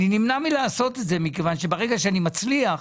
אני נמנע מלעשות את זה מכיוון שברגע שאני מצליח,